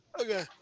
Okay